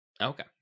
Okay